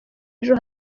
ejo